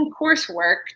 coursework